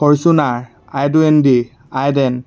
Fortuner আইডু এন ডি আইডেন